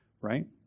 right